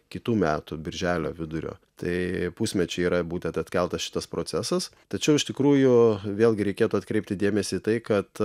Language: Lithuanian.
kitų metų birželio vidurio tai pusmečiui yra būtent atkeltas šitas procesas tačiau iš tikrųjų vėlgi reikėtų atkreipti dėmesį į tai kad